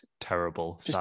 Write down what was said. terrible